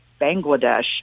Bangladesh